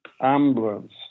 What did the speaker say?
ambulance